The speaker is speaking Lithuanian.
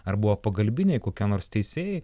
ar buvo pagalbiniai kokie nors teisėjai